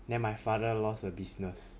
then my father loss a business